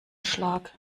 schlag